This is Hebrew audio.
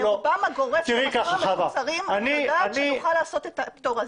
ברובם הגורף של המסלולים המקוצרים אני יודעת שנוכל לעשות את הפטור הזה.